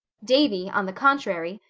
davy, on the contrary,